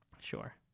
sure